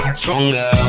stronger